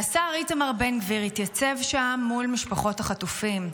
השר איתמר בן גביר התייצב שם מול משפחות החטופים,